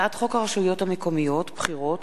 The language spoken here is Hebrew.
הצעת חוק הרשויות המקומיות (בחירות)